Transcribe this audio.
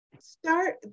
start